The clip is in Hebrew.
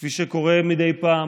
כפי שקורה מדי פעם,